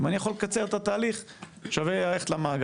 אם אני יכול לקצר את התהליך, שווה לי ללכת למאגר.